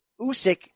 Usyk